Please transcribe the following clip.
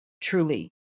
truly